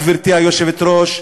גברתי היושבת-ראש,